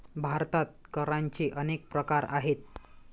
भारतात करांचे अनेक प्रकार आहेत